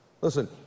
Listen